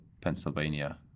Pennsylvania